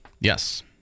Yes